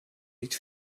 niet